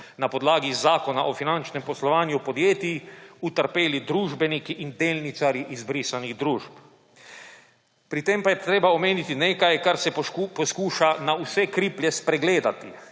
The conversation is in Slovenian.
na podlagi Zakona o finančnem poslovanju podjetij, utrpeli družbeniki in delničarji izbrisanih družb. Pri tem pa je treba omeniti nekaj, kar se poskuša na vse kriplje spregledati.